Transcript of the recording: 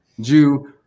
Jew